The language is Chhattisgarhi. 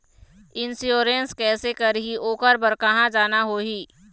इंश्योरेंस कैसे करही, ओकर बर कहा जाना होही?